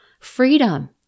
freedom